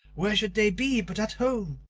where should they be but at home?